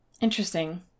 Interesting